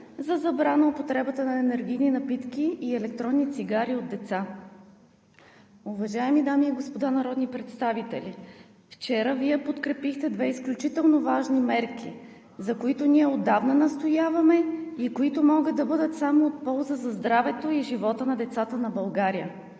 за забрана употребата на енергийни напитки и електронни цигари от деца. Уважаеми дами и господа народни представители, вчера Вие подкрепихте две изключително важни мерки, за които ние отдавна настояваме и които могат да бъдат само от полза за здравето и живота на децата на България.